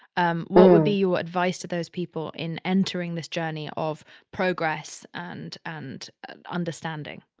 um what would be your advice to those people in entering this journey of progress and and and understanding?